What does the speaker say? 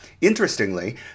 Interestingly